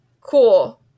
Cool